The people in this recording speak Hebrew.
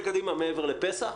מסתכל קדימה מעבר לפסח,